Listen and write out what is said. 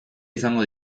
izango